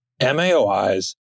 MAOIs